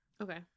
Okay